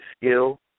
skill